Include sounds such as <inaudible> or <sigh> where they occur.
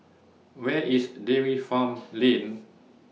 Where IS Dairy <noise> Farm Lane